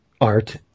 art